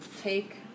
take